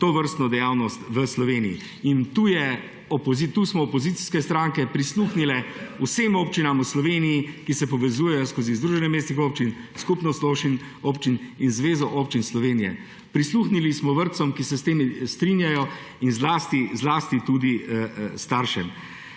tovrstno dejavnost v Sloveniji. Tu smo opozicijske stranke prisluhnile vsem občinam v Sloveniji, ki se povezujejo skozi Združenje mestnih občin, Skupnost občin in Združenje občin Slovenije. Prisluhnili smo vrtcem, ki se s tem strinjajo, in zlasti tudi staršem.